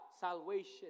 salvation